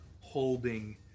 holding